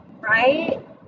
right